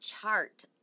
chart